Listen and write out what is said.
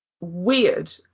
weird